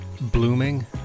blooming